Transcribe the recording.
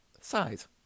size